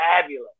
fabulous